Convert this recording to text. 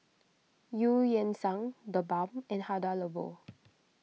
Eu Yan Sang the Balm and Hada Labo